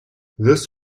this